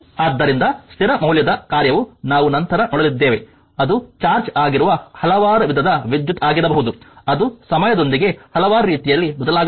ಆದ್ದರಿಂದ ಸ್ಥಿರ ಮೌಲ್ಯದ ಕಾರ್ಯವು ನಾವು ನಂತರ ನೋಡಲಿದ್ದೇವೆ ಅದು ಚಾರ್ಜ್ ಆಗಿರುವ ಹಲವಾರು ವಿಧದ ವಿದ್ಯುತ್ ಆಗಿರಬಹುದು ಅದು ಸಮಯದೊಂದಿಗೆ ಹಲವಾರು ರೀತಿಯಲ್ಲಿ ಬದಲಾಗಬಹುದು